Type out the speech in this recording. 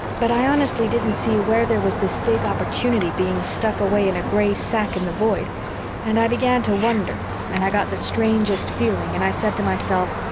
but i honestly didn't see where there was this big opportunity being stuck away in a gray sack in the void and i began to wonder and i got the strangest feeling and i said to myself,